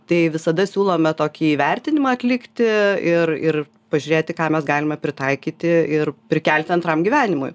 tai visada siūlome tokį įvertinimą atlikti ir ir pažiūrėti ką mes galime pritaikyti ir prikelti antram gyvenimui